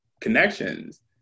connections